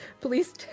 Please